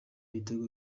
ibitego